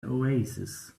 oasis